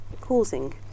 causing